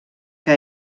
que